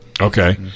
Okay